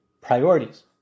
priorities